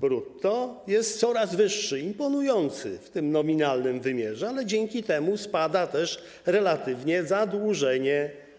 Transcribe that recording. brutto jest coraz wyższy, imponujący w tym nominalnym wymiarze, a dzięki temu spada też relatywnie zadłużenie.